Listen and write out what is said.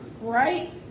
right